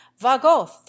vagoth